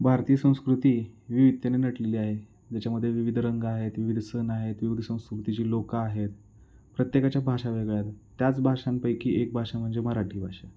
भारतीय संस्कृती विविधतेने नटलेली आहे ज्याच्यामध्ये विविध रंग आहेत विविध सण आहेत विविध संस्कृतीची लोकं आहेत प्रत्येकाच्या भाषा वेगळ्या आहेत त्याच भाषांपैकी एक भाषा म्हणजे मराठी भाषा